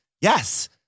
Yes